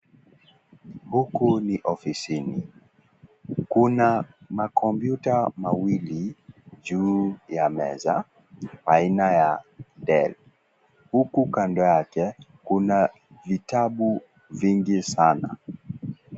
Huko ni ofisini, kuna makompyuta mawili juu ya meza, aina ya Dell. Huku kando kuna vitabu vingi sana.